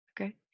Okay